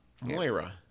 Moira